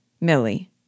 Millie